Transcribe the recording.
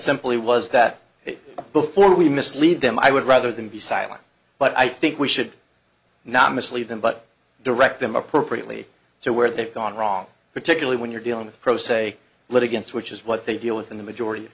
simply was that before we mislead them i would rather than be silent but i think we should not mislead them but direct them appropriately to where they've gone wrong particularly when you're dealing with pro se litigants which is what they deal with in the majority of